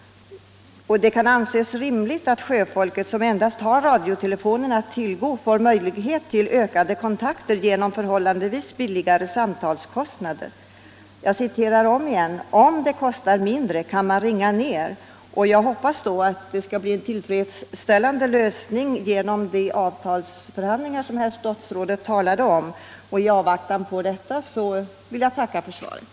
Det kan anses rimligt att sjöfolket, som endast har radiotelefonen att tillgå, får möjligheter till ökade kontakter genom förhållandevis lägre samtalskostnader. Jag citerar ännu en gång: ”Om det kostar mindre kan man ringa mer”, och jag hoppas då att det skall bli en tillfredsställande lösning genom de avtalsförhandlingar som herr statsrådet talade om. I avvaktan på dessa vill jag än en gång tacka för svaret.